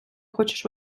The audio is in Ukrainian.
хочеш